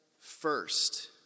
first